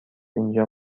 اینجا